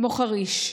כמו חריש.